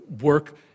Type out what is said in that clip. work